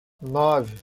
nove